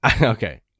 Okay